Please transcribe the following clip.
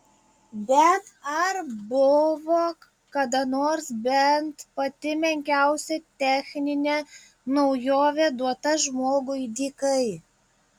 bet ar buvo kada nors bent pati menkiausia techninė naujovė duota žmogui dykai